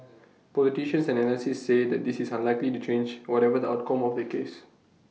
politicians and analysts say that this is unlikely to change whatever the outcome of the case